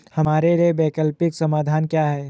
हमारे लिए वैकल्पिक समाधान क्या है?